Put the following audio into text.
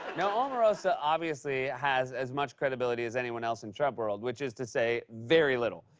now, omarosa obviously has as much credibility as anyone else in trump world, which is to say very little.